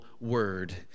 word